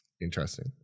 interesting